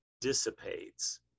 dissipates